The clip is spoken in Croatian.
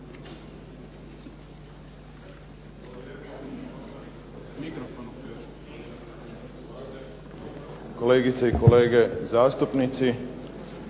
kolegice i kolegice zastupnici,